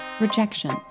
rejection